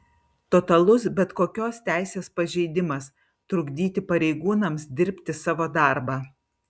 totalus bet kokios teisės pažeidimas trukdyti pareigūnams dirbti savo darbą